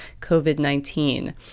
COVID-19